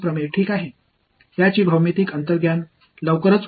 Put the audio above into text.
இது வடிவியல் உள்ளுணர்வு விரைவில் சான்று ஓவியமாக வரும்